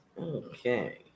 Okay